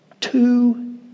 Two